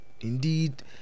Indeed